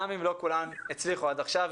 גם אם לא כולן הצליחו עד עכשיו.